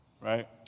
right